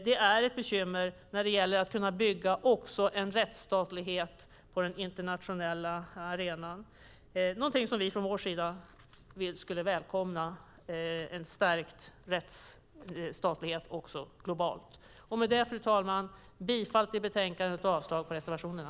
Det är ett bekymmer när det handlar om att kunna bygga en rättsstatlighet på den internationella arenan. En stärkt rättsstatlighet globalt är något som vi skulle välkomna. Jag yrkar bifall till förslaget i betänkandet och avslag på reservationerna.